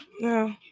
No